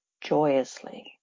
joyously